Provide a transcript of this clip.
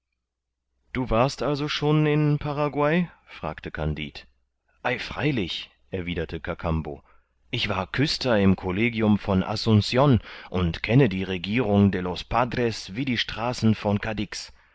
du warst also schon in paraguay fragte kandid ei freilich erwiderte kakambo ich war küster im collegium von assumcion und kenne die regierung de los padres wie die straßen von cadix